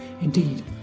Indeed